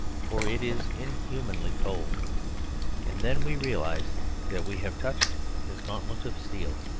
for it is inhumanly cold and then we realise that we have touched his gauntlet of steel.